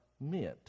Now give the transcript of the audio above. meant